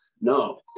No